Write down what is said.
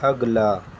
اگلا